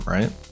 Right